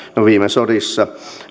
viime sodissa